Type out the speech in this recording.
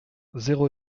zéro